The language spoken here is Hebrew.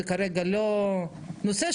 זה כרגע לא נושא,